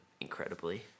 incredibly